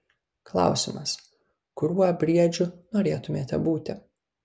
klausimas kuriuo briedžiu norėtumėte būti